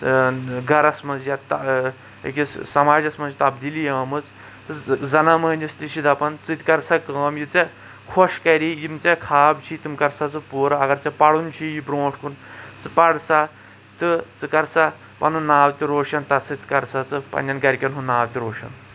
گرس منٛز یا أکِس سماجس منٛز چھٕ تبدیٖلی آمٕژ زَنان موہنوِس تہِ چھِ دَپان ژٕ تہِ کر سا کٲم یہِ ژےٚ خۄش کَری یِم ژےٚ خاب چھِ تِم کر سا ژٕ پوٗرٕ اگر ژےٚ پَرُن چھُیہِ بروٚنٛٹۃ کُن ژٕ پَر سا تہٕ ژٕ کر سا پَنُن ناو تہِ روشُن تَتھ سۭتۍ کر ژٕ پَنٕنٮ۪ن گرِکٮ۪ن ہُنٛد ناو تہِ روشن